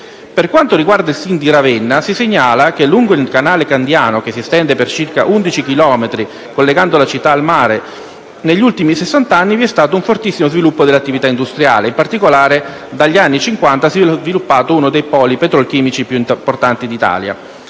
Per quanto riguarda il SIN di Ravenna, si segnala che lungo il canale Candiano, che si estende per circa 11 chilometri collegando la città al mare, negli ultimi sessanta anni vi è stato un fortissimo sviluppo delle attività industriali; in particolare, a partire dagli anni Cinquanta si è sviluppato uno dei poli petrolchimici più importanti d'Italia.